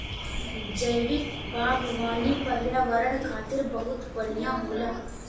जैविक बागवानी पर्यावरण खातिर बहुत बढ़िया होला